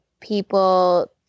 people